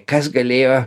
kas galėjo